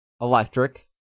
electric